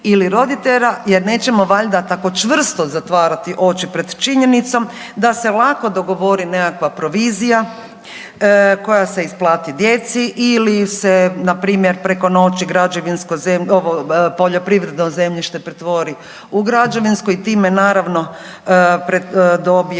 ili roditelja jer nećemo valjda tako čvrsto zatvarati oči pred činjenicom da se lako dogovori nekakva provizija koja se isplati djeci ili se npr. preko noći građevinsko .../nerazumljivo/... ovo, poljoprivredno zemljište pretvori u građevinsko i time naravno, dobije